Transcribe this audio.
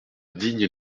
digne